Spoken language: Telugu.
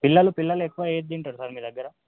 పిల్లలు పిల్లలు ఎక్కువ ఏది తింటారు సార్ మీ దగ్గర